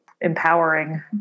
empowering